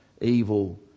evil